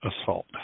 assault